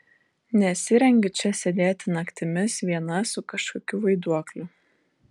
nesirengiu čia sėdėti naktimis viena su kažkokiu vaiduokliu